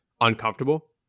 uncomfortable